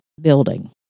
building